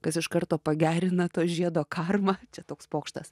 kas iš karto pagerina to žiedo karmą čia toks pokštas